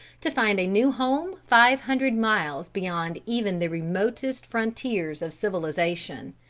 to find a new home five hundred miles beyond even the remotest frontiers of civilization.